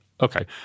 Okay